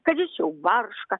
kad jis jau barška